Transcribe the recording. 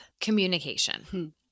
communication